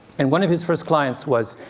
and one of his first clients was